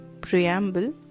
Preamble